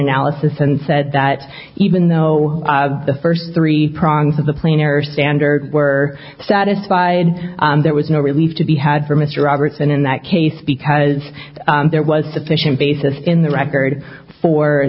analysis and said that even though the first three prongs of the planar standard were satisfied there was no relief to be had for mr robertson in that case because there was sufficient basis in the record for